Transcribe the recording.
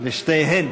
לשתיהן.